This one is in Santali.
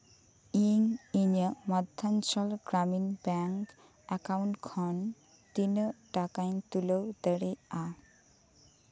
ᱤᱧ ᱤᱧᱟᱜ ᱢᱚᱫᱽᱫᱷᱟᱧᱪᱚᱞ ᱜᱨᱟᱢᱤᱱ ᱵᱮᱝᱠ ᱮᱠᱟᱩᱱᱴ ᱠᱷᱚᱱ ᱛᱤᱱᱟᱹᱜ ᱴᱟᱠᱟᱧ ᱛᱩᱞᱟᱹᱣ ᱫᱟᱲᱮᱭᱟᱜᱼᱟ